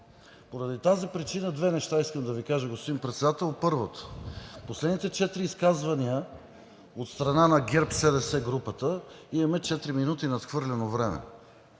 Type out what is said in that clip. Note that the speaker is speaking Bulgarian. Поради тази причина искам да Ви кажа две неща, господин Председател. Първо, последните четири изказвания от страна на ГЕРБ-СДС групата имаме четири минути надхвърлено време.